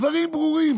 דברים ברורים.